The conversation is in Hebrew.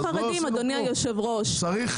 אז לא עשינו כלום.